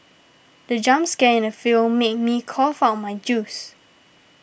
the jump scare in the film made me cough out my juice